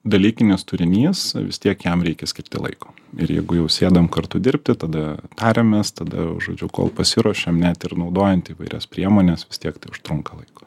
dalykinis turinys vis tiek jam reikia skirti laiko ir jeigu jau sėdam kartu dirbti tada tariamės tada žodžiu kol pasiruošiam net ir naudojant įvairias priemones vis tiek tai užtrunka laiko